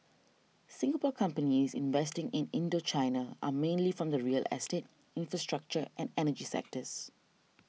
Singapore companies investing in Indochina are mainly from the real estate infrastructure and energy sectors